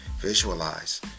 visualize